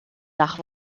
nach